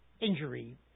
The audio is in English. injury